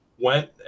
went